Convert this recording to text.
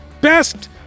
best